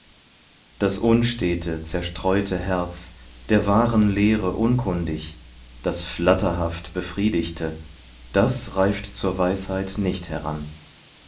das unstete zerstreute herz der wahren lehre unkundig das flatterhaft befriedigte das reift zur weisheit nicht heran